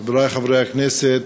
חברי חברי הכנסת,